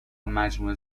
مجموع